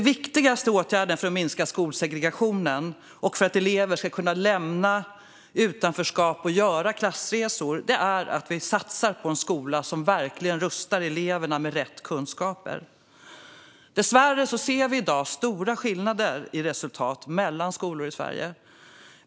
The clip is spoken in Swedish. Den viktigaste åtgärden för att minska skolsegregationen och för att elever ska kunna lämna utanförskap och göra klassresor är att satsa på en skola som verkligen rustar eleverna med rätt kunskaper. Dessvärre ser vi i dag stora skillnader i resultat mellan skolor i Sverige.